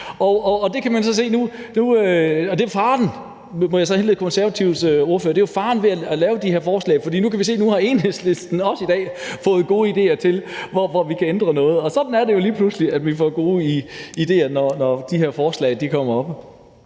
ordførers opmærksomhed på. Det er faren ved at lave de her forslag, for nu kan vi se, at Enhedslisten i dag også har fået gode idéer til, hvor vi kan ændre noget, og sådan er det jo lige pludselig, at vi får gode idéer, når de her forslag kommer op.